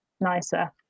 nicer